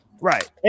Right